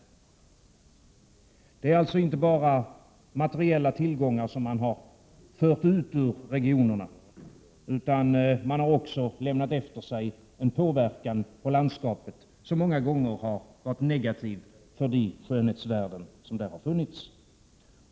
Det är alltså inte bara materiella tillgångar som man har fört ut ur regionerna, utan man har också lämnat efter sig en påverkan på landskapet som många gånger har varit negativ för de skönhetsvärden som där har funnits.